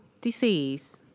Disease